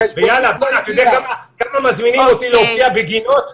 אתה יודע כמה מזמינים אותי להופיע בגינות?